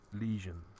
lesion